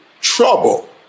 trouble